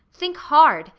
think hard!